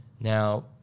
Now